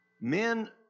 Men